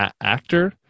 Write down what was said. actor